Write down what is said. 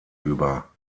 über